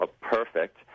perfect